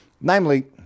Namely